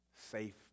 safe